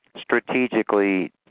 strategically